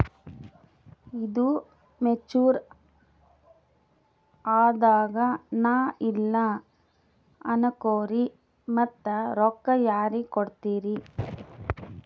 ಈದು ಮೆಚುರ್ ಅದಾಗ ನಾ ಇಲ್ಲ ಅನಕೊರಿ ಮತ್ತ ರೊಕ್ಕ ಯಾರಿಗ ಕೊಡತಿರಿ?